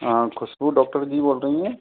खुशबु डॉक्टर जी बोल रही हैं